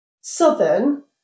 Southern